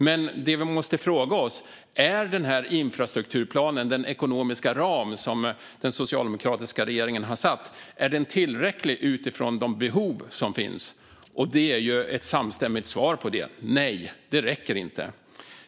Men det vi måste fråga oss är: Är den här infrastrukturplanen, den ekonomiska ram som den socialdemokratiska regeringen har satt, tillräcklig utifrån de behov som finns? Det finns ett samstämmigt svar på det: Nej, detta räcker inte.